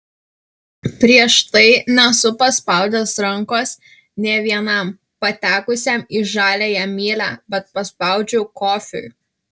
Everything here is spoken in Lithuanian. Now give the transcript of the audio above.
prieš tai nesu paspaudęs rankos nė vienam patekusiam į žaliąją mylią bet paspaudžiau kofiui